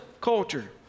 culture